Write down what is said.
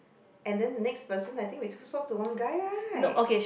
and then the next person I think we spoke to one guy right